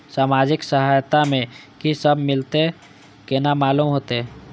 हमरा सामाजिक सहायता में की सब मिलते केना मालूम होते?